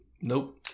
Nope